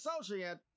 associate